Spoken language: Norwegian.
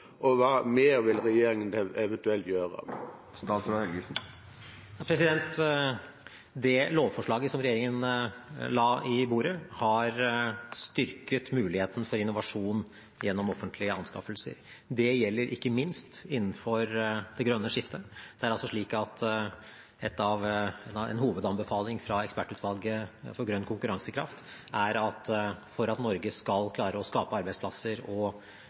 og hva mer vil regjeringen eventuelt gjøre? Det lovforslaget som regjeringen la på bordet, har styrket muligheten for innovasjon gjennom offentlige anskaffelser. Det gjelder ikke minst innenfor det grønne skiftet. En hovedanbefaling fra Ekspertutvalget for grønn konkurransekraft er at for at Norge skal klare å skape arbeidsplasser og